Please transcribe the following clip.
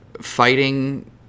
fighting